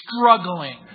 struggling